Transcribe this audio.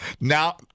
Now